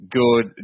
good